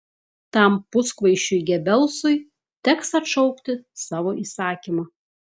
tam puskvaišiui gebelsui teks atšaukti savo įsakymą